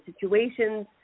situations